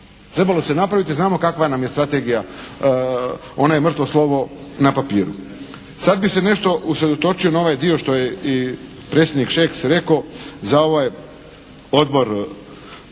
Trebalo se napraviti, znamo kakva nam je strategija, ona je mrtvo slovo na papiru. Sad bi se nešto usredotočio na ovaj dio što je i predsjednik Šeks rekao za ovaj odbor,